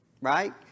right